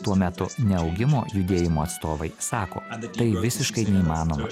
tuo metu neaugimo judėjimo atstovai sako tai visiškai neįmanoma